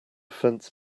fence